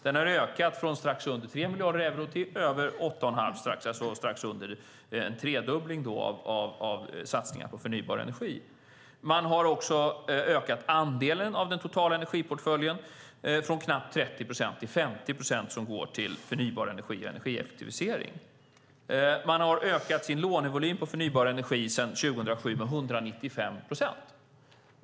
Den har ökat från strax under 3 miljarder euro till över 8 1⁄2 miljard euro - det är alltså en tredubbling av satsningen på förnybar energi och energieffektivisering. Man har också ökat andelen av den totala energiportföljen från knappt 30 procent till 50 procent som går till förnybar energi och energieffektivisering. Man har ökat sin lånevolym på förnybar energi sedan 2007 med 195 procent.